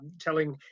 telling